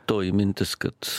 toji mintis kad